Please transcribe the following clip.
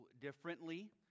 differently